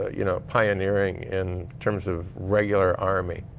ah you know, pioneering in terms of regular army.